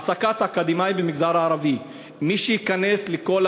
העסקת אקדמאים במגזר הערבי: מי שייכנס לכל